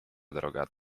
droga